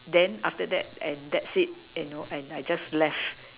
then after that and that's it you know and I just left